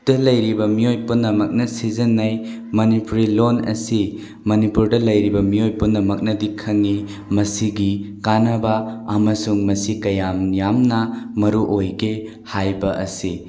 ꯗ ꯂꯩꯔꯤꯕ ꯃꯤꯑꯣꯏ ꯄꯨꯝꯅꯃꯛꯅ ꯁꯤꯖꯤꯟꯅꯩ ꯃꯅꯤꯄꯨꯔꯤ ꯂꯣꯜ ꯑꯁꯤ ꯃꯅꯤꯄꯨꯔꯗ ꯂꯩꯔꯤꯕ ꯃꯤꯑꯣꯏ ꯄꯨꯝꯅꯃꯛꯅꯗꯤ ꯈꯪꯏ ꯃꯁꯤꯒꯤ ꯀꯥꯟꯅꯕ ꯑꯃꯁꯨꯡ ꯃꯁꯤ ꯀꯌꯥꯝ ꯌꯥꯝꯅ ꯃꯔꯨꯑꯣꯏꯒꯦ ꯍꯥꯏꯕ ꯑꯁꯤ